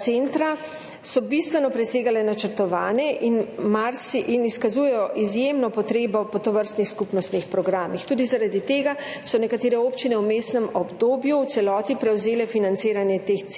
centra so bistveno presegle načrtovane in izkazujejo izjemno potrebo po tovrstnih skupnostnih programih. Tudi zaradi tega so nekatere občine v vmesnem obdobju v celoti prevzele financiranje teh centrov